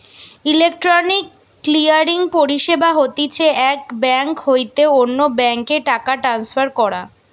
electronic clearing পরিষেবা হতিছে এক বেঙ্ক হইতে অন্য বেঙ্ক এ টাকা ট্রান্সফার করা